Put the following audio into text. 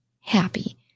happy